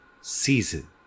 season